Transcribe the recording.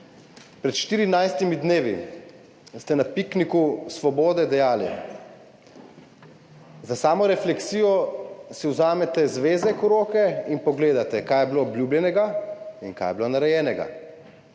Pred 14 dnevi ste na pikniku Svobode dejali: »Za samorefleksijo si vzamete zvezek v roke in pogledate, kaj je bilo obljubljenega in kaj je bilo narejenega.«